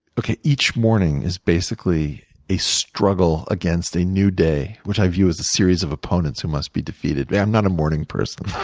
okay. each morning is basically a struggle against a new day, which i view as a series of opponents who must be defeated. but i'm not a morning person.